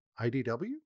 idw